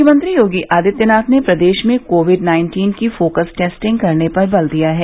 मुख्यमंत्री योगी आदित्यनाथ ने प्रदेश में कोविड नाइन्टीन की फोकस टेस्टिंग करने पर बल दिया है